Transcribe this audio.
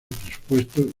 presupuesto